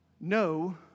No